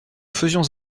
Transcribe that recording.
faisions